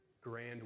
grand